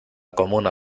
comuna